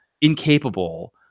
incapable